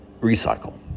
recycle